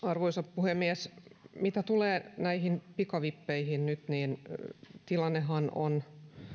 arvoisa puhemies mitä tulee näihin pikavippeihin nyt niin tilannehan on